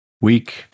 weak